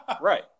right